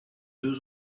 deux